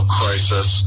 crisis